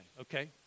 Okay